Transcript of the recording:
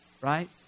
right